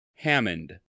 Hammond